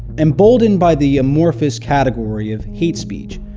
emboldened by the amorphous category of hate speech,